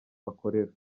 bakorera